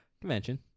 Convention